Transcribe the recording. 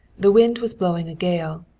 the wind was blowing a gale,